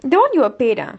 that [one] you were paid ah